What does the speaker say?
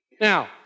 Now